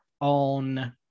on